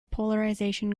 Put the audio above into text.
polarization